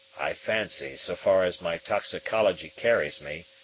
i fancy, so far as my toxicology carries me,